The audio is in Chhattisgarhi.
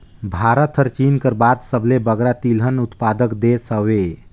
भारत हर चीन कर बाद सबले बगरा तिलहन उत्पादक देस हवे